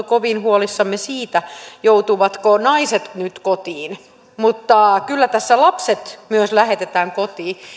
kovin huolissamme siitä joutuvatko naiset nyt kotiin mutta kyllä tässä lapset myös lähetetään kotiin